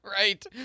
right